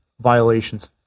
violations